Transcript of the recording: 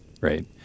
Right